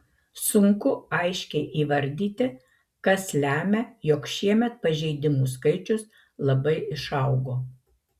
sunku aiškiai įvardyti kas lemia jog šiemet pažeidimų skaičius labai išaugo